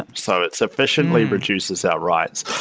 and so it's efficiently reduces our writes.